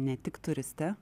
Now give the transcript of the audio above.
ne tik turiste